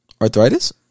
Arthritis